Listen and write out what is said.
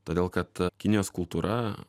todėl kad kinijos kultūra